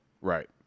right